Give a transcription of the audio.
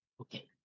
Okay